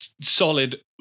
solid